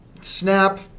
Snap